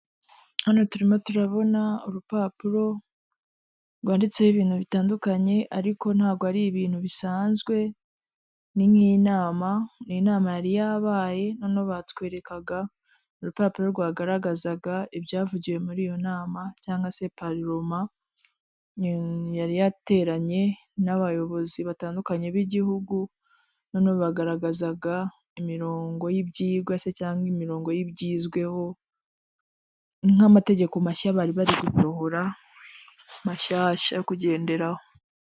Hano turimo turabona urupapuro rwanditseho ibintu bitandukanye, ariko ntabwo ari ibintu bisanzwe ni nk'inama, ni inama yari yabaye noneho batwerekaga urupapuro rwagaragazaga ibyavugiwe muri iyo nama, cyangwa se parloma yari yateranye n'abayobozi batandukanye b'igihugu, noneho bagaragazaga imirongo y'ibyigwa cyangwa imirongo y'ibyizweho, nk'amategeko mashya bari bari gusohora, mashyashya yo kugenderaho.